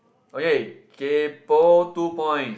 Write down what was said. okay kaypo two points